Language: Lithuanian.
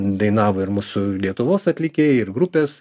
dainavo ir mūsų lietuvos atlikėjai ir grupės